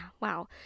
wow